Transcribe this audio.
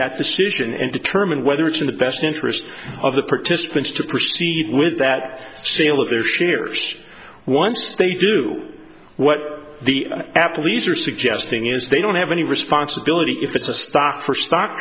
that decision and determine whether it's in the best interest of the participants to proceed with that sale of their shares once they do what the apple these are suggesting is they don't have any responsibility if it's a stock for stock